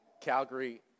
Calgary